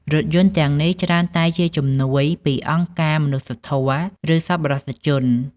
រថយន្តទាំងនេះច្រើនតែជាជំនួយពីអង្គការមនុស្សធម៌ឬសប្បុរសជន។